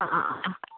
ആ ആ ആ ആ